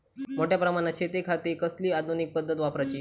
मोठ्या प्रमानात शेतिखाती कसली आधूनिक पद्धत वापराची?